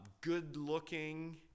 good-looking